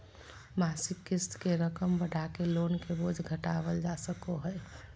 मासिक क़िस्त के रकम बढ़ाके लोन के बोझ घटावल जा सको हय